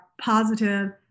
positive